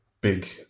big